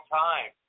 time